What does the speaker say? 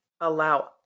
allow